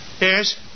Yes